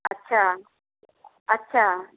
अच्छा अच्छा